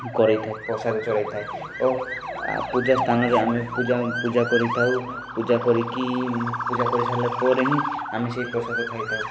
କରେଇଥାଏ ପ୍ରସାଦ ଚଢ଼େଇଥାଏ ଓ ଆ ପୂଜାସ୍ଥାନରେ ଆମେ ପୂଜା ପୂଜା କରିଥାଉ ପୂଜା କରିକି ପୂଜା କରିସାରିଲା ପରେ ହିଁ ଆମେ ସେହି ପ୍ରସାଦ ଖାଇଥାଉ